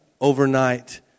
overnight